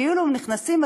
כאילו נכנסים,